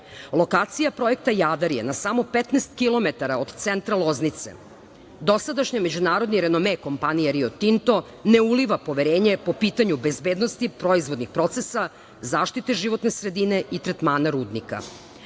Rađevine. Lokacija projekta "Jadar" je na samo 15 km od centra Loznice. Dosadašnji međunarodni renome kompanije "Rio Tinto" ne uliva poverenje po pitanju bezbednosti proizvodnih procesa, zaštite životne sredine i tretmana rudnika.